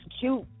cute